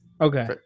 Okay